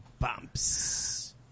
bumps